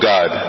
God